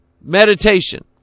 meditation